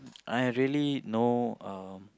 I really know um